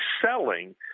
selling